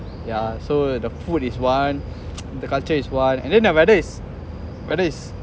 yeah so the food is one the culture is one and then the weather is weather is